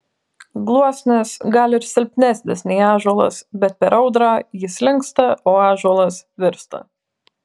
gluosnis gal ir silpnesnis nei ąžuolas bet per audrą jis linksta o ąžuolas virsta